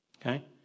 Okay